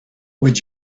would